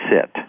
sit